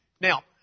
Now